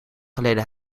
geleden